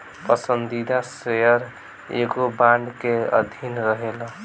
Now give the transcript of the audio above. पसंदीदा शेयर एगो बांड के अधीन रहेला